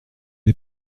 pas